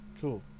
Cool